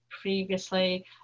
previously